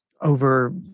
over